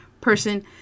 person